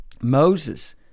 moses